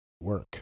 work